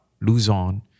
Luzon